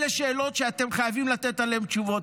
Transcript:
אלה שאלות שאתם חייבים לתת עליהן תשובות.